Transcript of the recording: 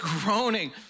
groaning